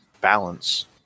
balance